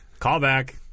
Callback